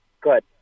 Good